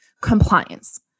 compliance